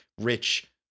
rich